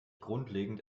grundlegend